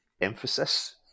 emphasis